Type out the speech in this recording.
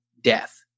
death